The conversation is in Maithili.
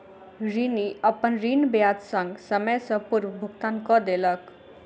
ऋणी, अपन ऋण ब्याज संग, समय सॅ पूर्व भुगतान कय देलक